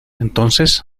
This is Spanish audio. entonces